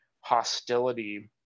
hostility